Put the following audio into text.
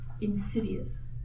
insidious